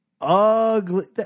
ugly